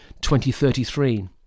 2033